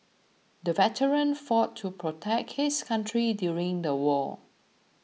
the veteran fought to protect his country during the war